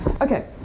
Okay